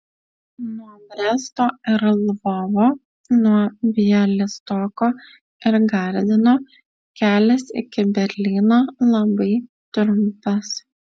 nuo bresto ir lvovo nuo bialystoko ir gardino kelias iki berlyno labai trumpas